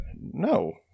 no